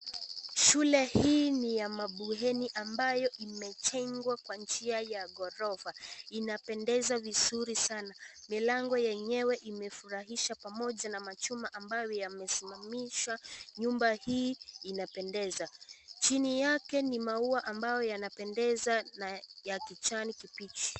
Shule hii ni ya bweni ambayo imejengwa kwa njia ya ghorofa. Inapendeza vizuri sana. Mlango yenyewe imefurahisha pamoja na machuma ambayo yamesimamishwa. Nyumba hii inapendeza. Chini yake ni maua ambao yanapendeza na ya kijani kibichi.